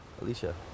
Alicia